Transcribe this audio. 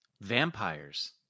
Vampires